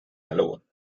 alone